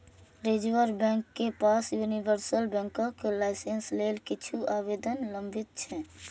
reserve bank के पास universal बैंकक लाइसेंस लेल किछु आवेदन लंबित छै